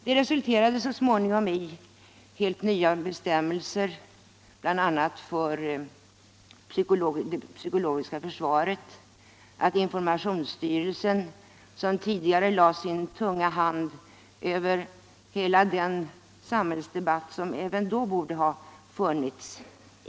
Det resulterade så småningom i helt nya bestämmelser, bl.a. för det psykologiska försvaret och för censurprincipernas informationsstyrelse, som tidigare lade sin tunga hand över hela den samhällsdebatt som även då borde ha funnits.